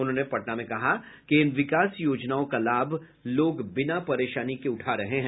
उन्होंने पटना में कहा कि इन विकास योजनाओं का लाभ लोग बिना परेशानी के उठा रहे हैं